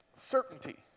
Certainty